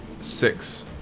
Six